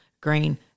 green